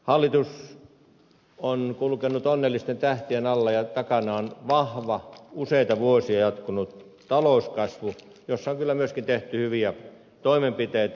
hallitus on kulkenut onnellisten tähtien alla ja takana on vahva useita vuosia jatkunut talouskasvu jossa on kyllä myöskin tehty hyviä toimenpiteitä